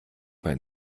mein